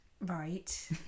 Right